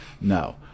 No